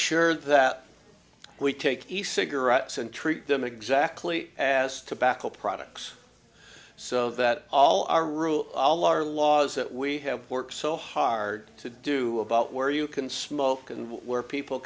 sure that we take the cigarettes and treat them exactly as tobacco products so that all our rules all our laws that we have worked so hard to do about where you can smoke and where people